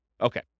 Okay